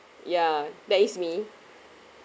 ya that is me